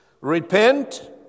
Repent